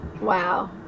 Wow